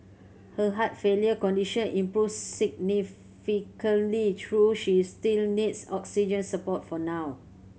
her heart failure condition improved significantly though she still needs oxygen support for now